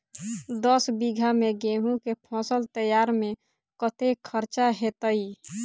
दस बीघा मे गेंहूँ केँ फसल तैयार मे कतेक खर्चा हेतइ?